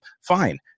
Fine